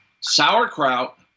sauerkraut